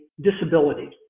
disability